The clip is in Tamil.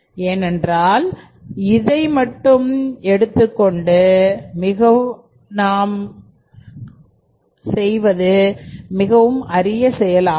ஏனென்றால் இதை மீட்டு எடுப்பது என்பது மிகவும் அரிய செயலாகும்